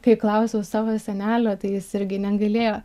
kai klausiau savo senelio tai jis irgi negalėjo